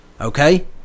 Okay